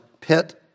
pit